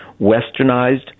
westernized